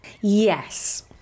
Yes